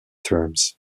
terms